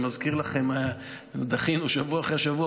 אני מזכיר לכם, דחינו שבוע אחרי שבוע.